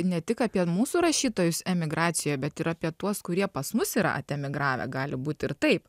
ne tik apie mūsų rašytojus emigraciją bet ir apie tuos kurie pas mus yra atemigravę gali būti ir taip